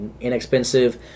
inexpensive